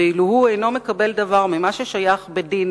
ואילו הוא אינו מקבל דבר ממה ששייך לו